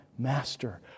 master